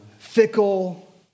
Fickle